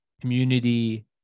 Community